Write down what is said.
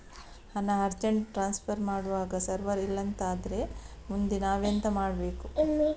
ಹಣ urgent transfer ಮಾಡ್ವಾಗ server ಇಲ್ಲಾಂತ ಆದ್ರೆ ಮುಂದೆ ನಾವೆಂತ ಮಾಡ್ಬೇಕು?